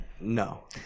no